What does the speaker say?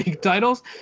titles